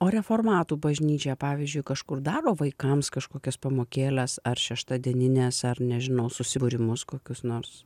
o reformatų bažnyčia pavyzdžiui kažkur daro vaikams kažkokias pamokėles ar šeštadienines ar nežinau susibūrimus kokius nors